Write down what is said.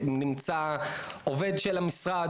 עובד של המשרד,